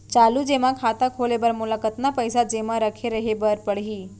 चालू जेमा खाता खोले बर मोला कतना पइसा जेमा रखे रहे बर पड़ही?